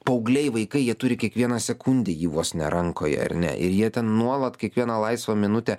paaugliai vaikai jie turi kiekvieną sekundę jį vos ne rankoje ar ne ir jie ten nuolat kiekvieną laisvą minutę